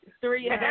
Three